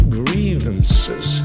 grievances